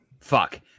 Fuck